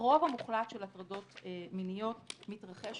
הרוב המוחלט של הטרדות מיניות מתרחש